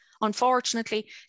Unfortunately